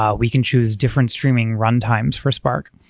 ah we can choose different streaming runtimes for spark.